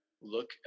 look